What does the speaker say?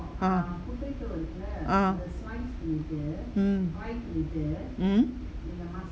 ah ah mm mm